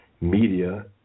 media